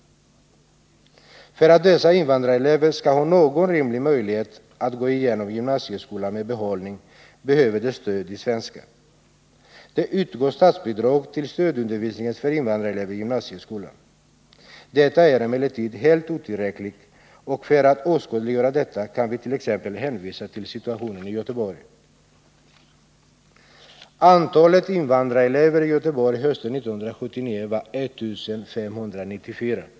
För att dessa invandrarelever skall ha någon rimlig möjlighet att gå igenom gymnasieskolan med behållning behöver de stöd i svenska. Det utgår statsbidrag till stödundervisning för invandrarelever i gymnasieskolan. Detta är emellertid helt otillräckligt, och för att åskådliggöra detta kan vi t.ex. hänvisa till situationen i Göteborg: Antalet invandrarelever i Göteborg hösten 1979 var 1594.